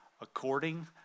according